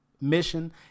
mission